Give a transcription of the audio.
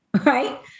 right